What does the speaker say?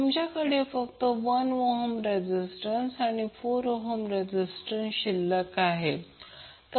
तुमच्याकडे फक्त 1 ohm resistance आणि 4 ohm रेझीस्टंस शिल्लक राहील